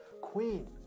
queen